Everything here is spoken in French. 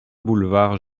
boulevard